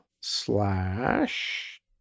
slash